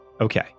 Okay